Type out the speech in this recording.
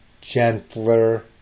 gentler